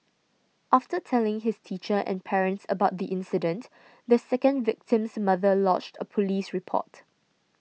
after telling his teacher and parents about the incident the second victim's mother lodged a police report